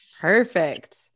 Perfect